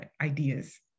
ideas